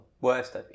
worst